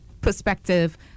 perspective